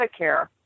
Medicare